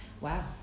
Wow